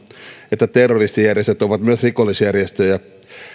että terroristijärjestöt ovat myös rikollisjärjestöjä